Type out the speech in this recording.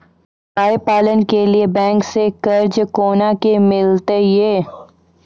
गाय पालन के लिए बैंक से कर्ज कोना के मिलते यो?